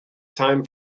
time